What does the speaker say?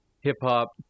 hip-hop